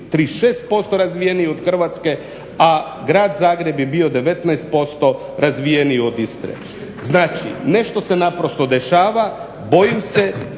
36% razvijeniji od Hrvatske, a Grad Zagreb je bio 19% razvijeniji od Istre. Znači nešto se naprosto dešava. Bojim se